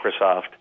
Microsoft